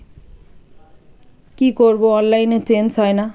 কী করবো অনলাইনে চেঞ্জ হয় না